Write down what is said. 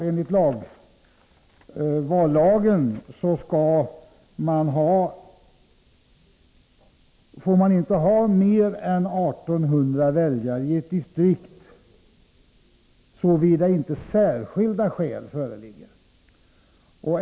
Enligt vallagen får ett valdistrikt inte bestå av mer än 1 800 väljare, såvida inte särskilda skäl föreligger.